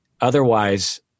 Otherwise